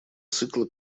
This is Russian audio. цикла